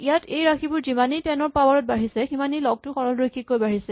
ইয়াত এই ৰাশিবোৰ যিমানেই টেন ৰ পাৱাৰ ত বাঢ়িছে সিমানেই লগ টো সৰলৰৈখিক কৈ বাঢ়িছে